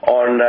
on